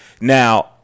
Now